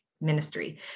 ministry